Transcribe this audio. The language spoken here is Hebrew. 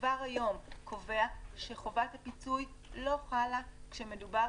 כבר היום קובע שחובת הפיצוי לא חלה כשמדובר